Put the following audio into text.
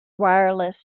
wireless